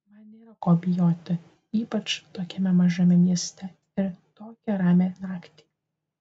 man nėra ko bijoti ypač tokiame mažame mieste ir tokią ramią naktį